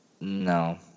No